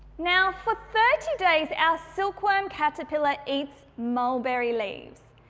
now, for thirty days our silkworm caterpillar eats mulberry leaves,